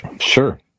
Sure